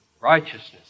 righteousness